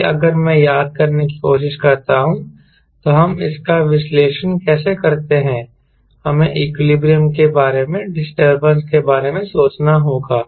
इसलिए अगर मैं याद करने की कोशिश करता हूं तो हम इसका विश्लेषण कैसे करते हैं हमें इक्विलिब्रियम के बारे में डिस्टरबेंस के बारे में सोचना होगा